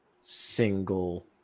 single